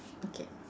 okay